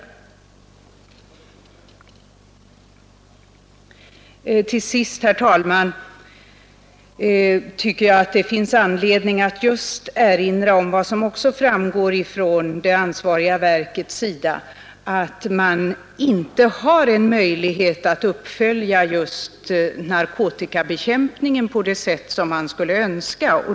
Till sist, herr talman, tycker jag att det finns anledning att erinra om vad som framhållits från det ansvariga verket, nämligen att man inte har möjlighet att följa upp narkotikabekämpningen på det sätt som man skulle önska.